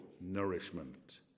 nourishment